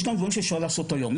יש כאן דברים שאפשר לעשות היום.